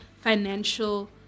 financial